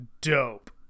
dope